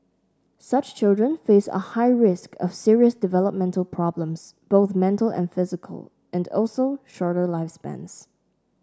such children face a high risk of serious developmental problems both mental and physical and also shorter lifespans